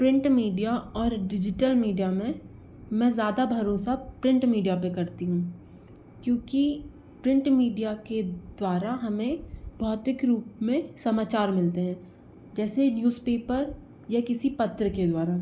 print media और digital media में मैं ज़्यादा भरोसा प्रिंट मीडिया पर करती हूँ क्योंकि प्रिंट मीडिया के द्वारा हमें भौतिक रूप में समाचार मिलते हैं जैसे न्यूज़पेपर या किसी पत्र के द्वारा